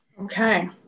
Okay